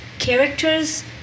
characters